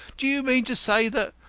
do you mean to say that?